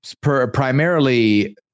primarily